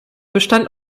bestand